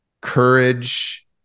courage